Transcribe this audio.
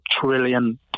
trillion